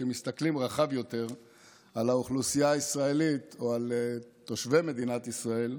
כשמסתכלים רחב יותר על האוכלוסייה הישראלית או תושבי מדינת ישראל,